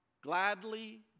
gladly